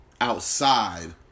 outside